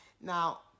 Now